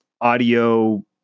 audio